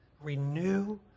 Renew